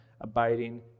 abiding